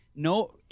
No